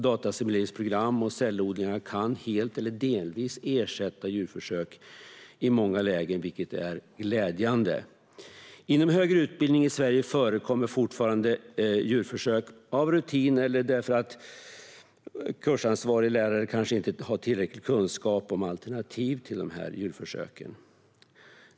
Datasimuleringsprogram och cellodlingar kan helt eller delvis ersätta djurförsök i många lägen, vilket är glädjande. Inom högre utbildning i Sverige förekommer fortfarande djurförsök, av rutin eller för att kursansvarig lärare kanske inte har tillräcklig kunskap om alternativ till djurförsök.